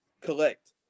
collect